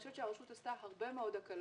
אני חושבת שהרשות עשתה הרבה מאוד הקלות,